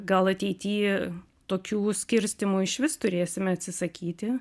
gal ateity tokių skirstymų išvis turėsime atsisakyti